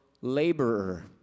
laborer